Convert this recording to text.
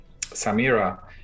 Samira